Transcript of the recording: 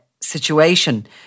situation